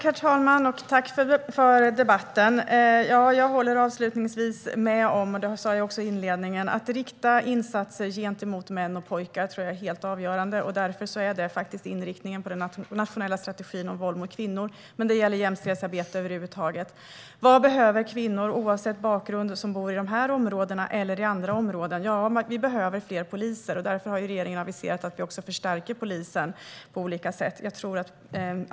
Herr talman! Jag tackar för debatten. Som jag sa tidigare håller jag med om att man ska rikta insatser till män och pojkar. Det tror jag är helt avgörande. Därför är det faktiskt inriktningen på den nationella strategin om våld mot kvinnor. Men det gäller jämställdhetsarbete över huvud taget. Vad behöver kvinnor, oavsett bakgrund, som bor i dessa områden eller i andra områden? Det behövs fler poliser. Därför har regeringen aviserat att vi också förstärker polisen på olika sätt, och det är förstås en bra insats.